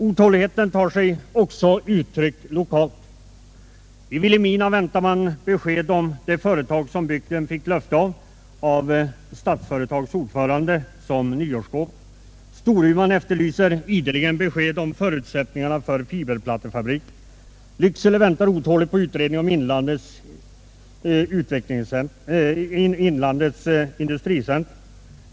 Otåligheten tar sig också uttryck lokalt: I Vilhelmina väntar man besked om det företag bygden som nyårsgåva fick löfte om av Statsföretags ordförande. Storuman efterlyser ideligen besked om förutsättningarna för fiberplattefabriken. Lycksele väntar otåligt på utredningen om inlandets industricentrum.